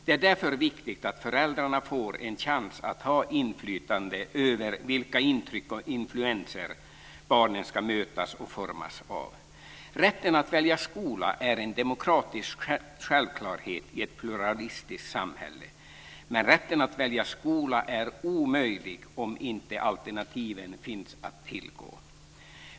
Det är därför viktigt att föräldrarna får en chans att ha inflytande över vilka intryck och influenser barnen ska mötas och formas av. Rätten att välja skola är en demokratisk självklarhet i ett pluralistiskt samhälle. Men rätten att välja skola är omöjlig om inte alternativen finns att tillgå.